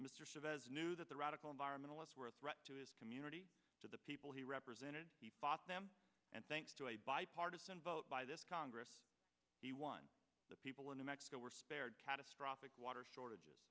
mr chavez knew that the radical environmentalists were threat to his community to the people he represented bought them and thanks to a bipartisan vote by this congress he won the people in a mexico were spared catastrophic water shortages